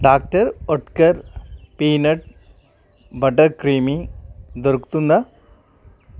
doctor Oetker peanut butter creamy దొరుకుతుందా